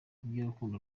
iby’urukundo